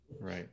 right